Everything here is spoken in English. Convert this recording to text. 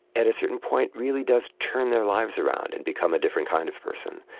at a certain point really does turn their lives around and become a different kind of person.